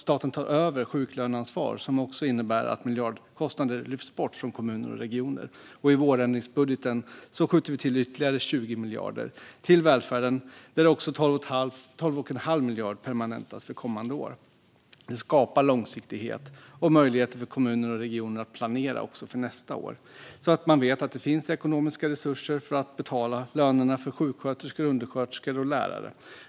Staten tar över sjuklöneansvaret, som också innebär att miljardkostnader lyfts bort från kommuner och regioner. I vårändringsbudgeten skjuter vi också till ytterligare 20 miljarder kronor till välfärden, där 12 1⁄2 miljard kronor permanentas för kommande år. Det skapar långsiktighet och möjligheter för kommuner och regioner att planera också för nästa år, så att de vet att det finns ekonomiska resurser för att betala löner till sjuksköterskor, undersköterskor och lärare.